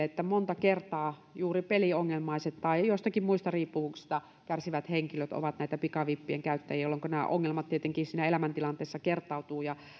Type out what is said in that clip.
että monta kertaa juuri peliongelmaiset tai joistakin muista riippuvuuksista kärsivät henkilöt ovat näitä pikavippien käyttäjiä jolloinka nämä ongelmat tietenkin siinä elämäntilanteessa kertautuvat